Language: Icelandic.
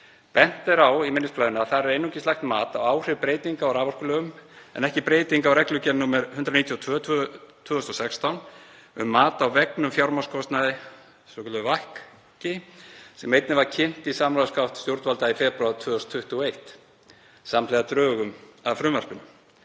Bent er á í minnisblaðinu að þar er einungis lagt mat á áhrif breytinga á raforkulögum en ekki breytinga á reglugerð nr. 192/2016, um mat á vegnum fjármagnskostnaði (WACC), sem einnig var kynnt í samráðsgátt stjórnvalda í febrúar 2021 samhliða drögum að frumvarpinu.